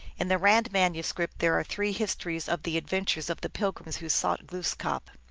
in the rand manuscript there are three histories of the adventures of the pil grims who sought glooskap.